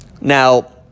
now